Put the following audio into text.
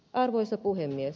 arvoisa puhemies